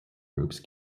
groups